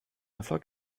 erfolg